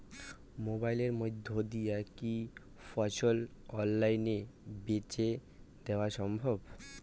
মোবাইলের মইধ্যে দিয়া কি ফসল অনলাইনে বেঁচে দেওয়া সম্ভব?